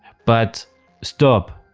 but stop,